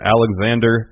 Alexander